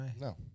No